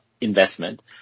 investment